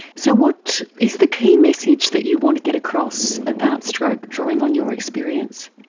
so what is the key message that you want to get across about stroke, drawing on your experience?